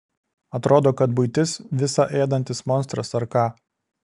atrodo kad buitis visa ėdantis monstras ar ką